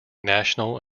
national